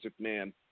McMahon